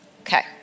Okay